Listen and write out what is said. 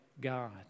God